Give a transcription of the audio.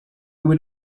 would